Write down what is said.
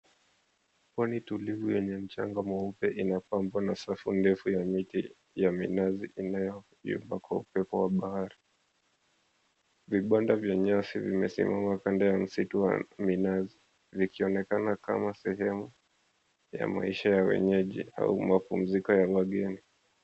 Pwani tulivu yenye mchanga mweupe inapambwa na safu ndefu ya miti ya minazi inayoyumba kwa upepo wa bahari. Vibanda ya nyasi vimesimama kanda ya msitu wa minazi, vikionekana kama sehemu ya maisha ya wenyeji au mapumziko ya wageni.